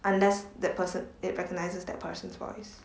unless that person it recognises that person's voice